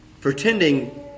Pretending